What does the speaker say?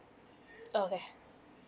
okay